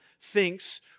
thinks